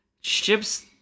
ships